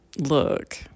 look